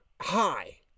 hi